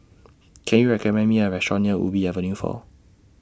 Can YOU recommend Me A Restaurant near Ubi Avenue four